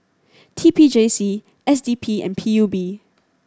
T P J C S D P and P U B